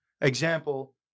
Example